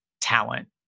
talent